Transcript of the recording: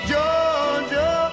Georgia